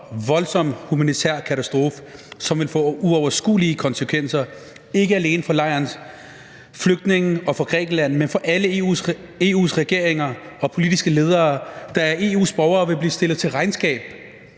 voldsom humanitær katastrofe, som vil få uoverskuelige konsekvenser, ikke alene for lejrenes flygtninge og for Grækenland, men for alle EU's regeringer og politiske ledere, der af EU's borgere vil blive stillet til regnskab